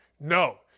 No